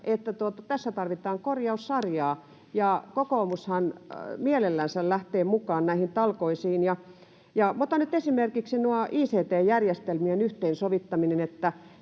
että tässä tarvitaan korjaussarjaa, ja kokoomushan mielellänsä lähtee mukaan näihin talkoisiin. Minä otan nyt esimerkiksi tuon ict-järjestelmien yhteensovittamisen.